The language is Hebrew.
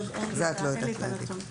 אין לי את הנתון.